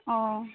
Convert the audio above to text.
ᱚ